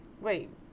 Wait